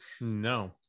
No